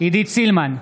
עידית סילמן,